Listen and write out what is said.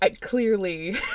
clearly